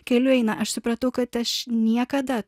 keliu eina aš supratau kad aš niekada